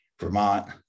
Vermont